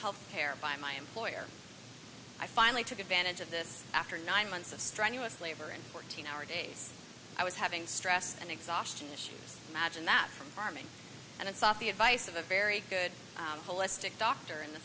health care by my employer i finally took advantage of this after nine months of strenuous labor and fourteen hour days i was having stress and exhaustion issues magine that from farming and sought the advice of a very good holistic doctor in the